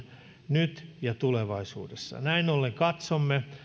nyt ja tulevaisuudessa näin ollen katsomme